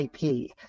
IP